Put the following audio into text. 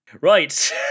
Right